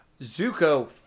Zuko